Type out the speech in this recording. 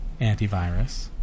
antivirus